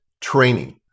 training